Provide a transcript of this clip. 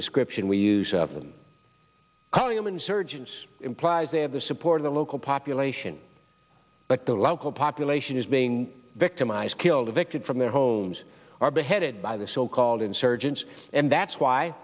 description we use of them all human surgeons implies they have the support of the local population but the local population is being victimized killed evicted from their homes are beheaded by the so called insurgents and that's why